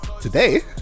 today